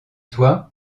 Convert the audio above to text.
toi